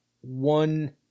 one